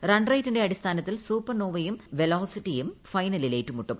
റൺറേറ്റിന്റെ അടിസ്ഥാനത്തിൽ സൂപ്പർനോവയും റവലോസിറ്റിയും ഫൈനലിൽ ഏറ്റുമുട്ടും